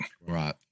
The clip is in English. Right